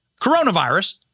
coronavirus